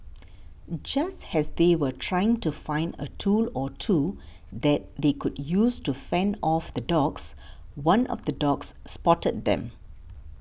just as they were trying to find a tool or two that they could use to fend off the dogs one of the dogs spotted them